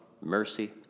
mercy